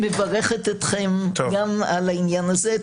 אני מברכת אתכם גם על העניין הזה.